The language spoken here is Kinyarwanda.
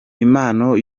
impano